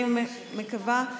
אני מקווה,